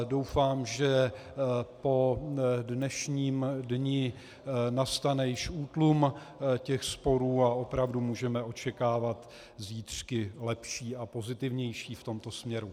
Doufám, že po dnešním dni nastane již útlum sporů a opravdu můžeme očekávat zítřky lepší a pozitivnější v tomto směru.